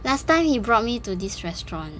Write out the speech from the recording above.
last time he brought me to this restaurant